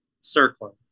circling